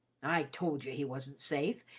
i told you he wasn't safe,